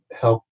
help